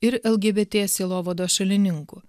ir lgbt sielovados šalininkų